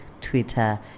Twitter